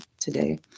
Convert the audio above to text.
today